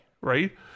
right